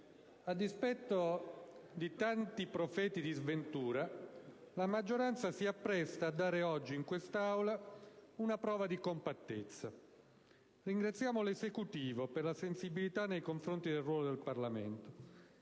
a dispetto di tanti profeti di sventura, la maggioranza si appresta a dare oggi in quest'Aula una prova di compattezza. Ringraziamo l'Esecutivo per la sensibilità nei confronti del ruolo del Parlamento,